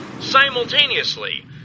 simultaneously